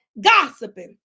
gossiping